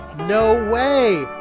no way.